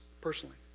personally